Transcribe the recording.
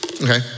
Okay